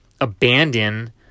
abandon